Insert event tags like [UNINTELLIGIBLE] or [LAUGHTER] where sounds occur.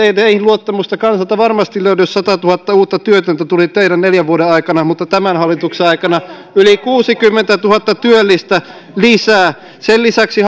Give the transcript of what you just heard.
[UNINTELLIGIBLE] ei teihin luottamusta kansalta varmasti löydy jos satatuhatta uutta työtöntä tuli teidän neljän vuoden aikana mutta tämän hallituksen aikana yli kuusikymmentätuhatta työllistä lisää sen lisäksi [UNINTELLIGIBLE]